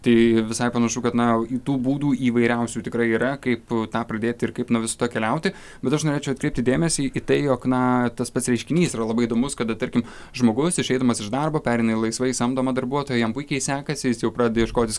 tai visai panašu kad na tų būdų įvairiausių tikrai yra kaip tą pradėti ir kaip nuo viso to keliauti bet aš norėčiau atkreipti dėmesį į tai jog na tas pats reiškinys yra labai įdomus kada tarkim žmogus išeidamas iš darbo pereina į laisvai samdomą darbuotoją jam puikiai sekasi jis jau pradeda ieškotis